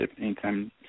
anytime